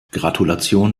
gratulation